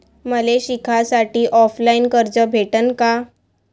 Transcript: मले शिकासाठी ऑफलाईन कर्ज भेटन का?